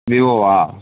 விவோவா